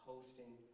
hosting